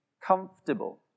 comfortable